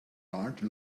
large